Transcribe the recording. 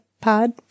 Pod